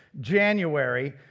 January